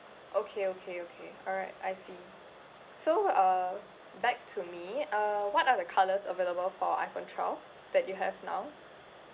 okay okay okay alright I see so uh back to me uh what are the colours available for iphone twelve that you have now